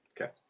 Okay